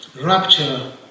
rapture